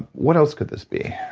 what else could this be?